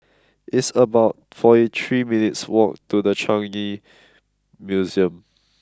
it's about forty three minutes' walk to The Changi Museum